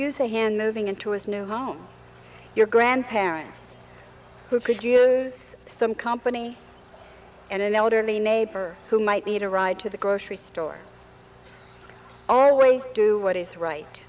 use a hand moving into his new home your grandparents who could use some company and an elderly neighbor who might need a ride to the grocery store always do what is right